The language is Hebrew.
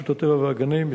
רשות הטבע והגנים,